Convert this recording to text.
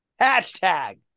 Hashtag